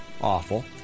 Awful